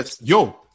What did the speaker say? Yo